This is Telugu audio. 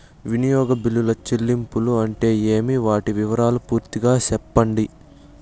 వినియోగ బిల్లుల చెల్లింపులు అంటే ఏమి? వాటి వివరాలు పూర్తిగా సెప్పండి?